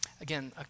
Again